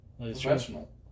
Professional